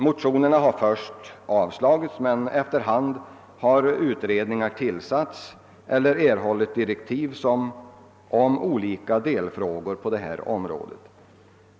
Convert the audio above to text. Motionerna har först avslagits, men efter hand har utredningar tillsatts eller erhållit direktiv gällande olika delfrågor på detta område.